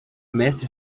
mestre